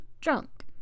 drunk